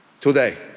Today